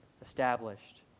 established